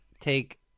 take